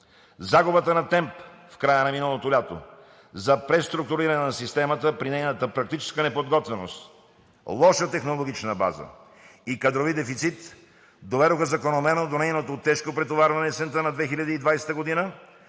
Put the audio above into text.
Загубата на темп в края на миналото лято за преструктуриране на системата при нейната практическа неподготвеност, лоша технологична база и кадрови дефицит доведоха закономерно до нейното тежко претоварване есента на 2020 г.,